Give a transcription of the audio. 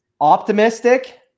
Optimistic